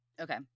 Okay